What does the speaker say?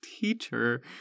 teacher